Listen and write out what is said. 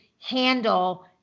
handle